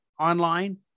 online